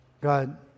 God